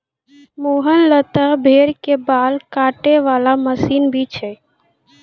मोहन लॅ त भेड़ के बाल काटै वाला मशीन भी छै